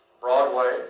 Broadway